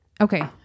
Okay